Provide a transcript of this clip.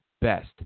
best